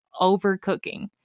overcooking